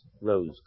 rose